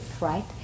right